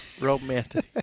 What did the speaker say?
Romantic